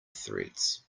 threads